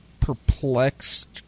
perplexed